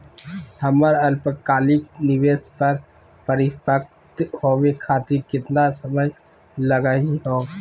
हमर अल्पकालिक निवेस क परिपक्व होवे खातिर केतना समय लगही हो?